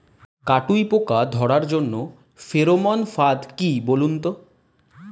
কাটুই পোকা ধরার জন্য ফেরোমন ফাদ কি বলুন তো?